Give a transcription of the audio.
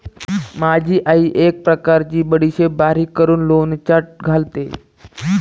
माझी आई एक प्रकारची बडीशेप बारीक करून लोणच्यात घालते